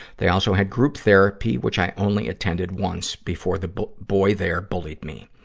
they also had group therapy, which i only attended once, before the boy there bullied me.